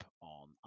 on